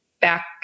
back